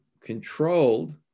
controlled